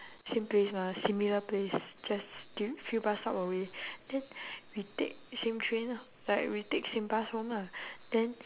same place mah similar place just few few bus stop away then we take same train lah like we take same bus home lah then